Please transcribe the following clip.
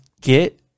get